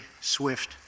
swift